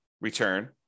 return